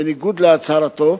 בניגוד להצהרתו,